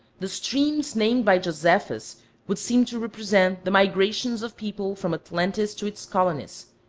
the streams named by josephus would seem to represent the migrations of people from atlantis to its colonies.